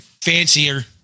Fancier